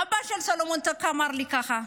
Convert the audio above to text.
אבא של סלומון טקה אמר לי ככה: